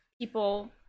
people